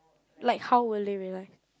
like how were they alive